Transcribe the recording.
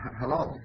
Hello